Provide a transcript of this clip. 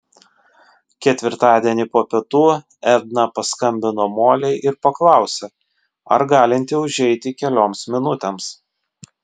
ketvirtadienį po pietų edna paskambino molei ir paklausė ar galinti užeiti kelioms minutėms